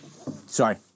Sorry